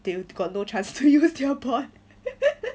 they got no chance to use their bot